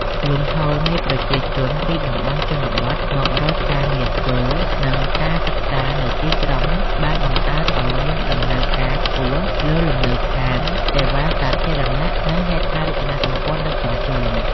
លំហូរនៃប្រជាជនពីតំបន់ជនបទមករកការងារធ្វើ និងការសិក្សានៅក្នុងទីក្រុង បានបង្កើតឱ្យមានតម្រូវការខ្ពស់លើលំនៅឋាន សេវាសាធារណៈ និងហេដ្ឋារចនាសម្ព័ន្ធដឹកជញ្ជូន។